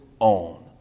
own